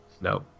No